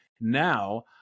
now